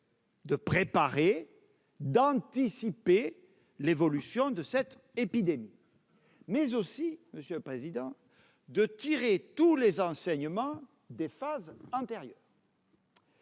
-de préparer et d'anticiper l'évolution de cette épidémie, mais également de tirer tous les enseignements des phases antérieures.